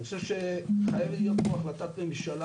אני חושב שחייבת להיות פה החלטת ממשלה,